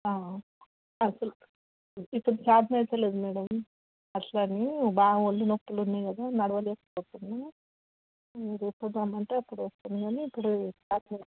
అసలు ఇప్పుడు చేతనైతలేదు మ్యాడమ్ అట్లనే బాగా ఒళ్ళు నొప్పులు ఉన్నాయి కదా నడవలేకపోతున్నాను మీరు ఎప్పుడు రమ్మంటే అప్పుడు వస్తాను కానీ ఇప్పుడు చేతనైతలేదు